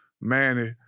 Manny